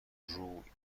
ایوونتون